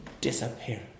disappear